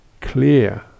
clear